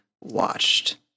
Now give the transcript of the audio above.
watched